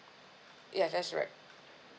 ya that's right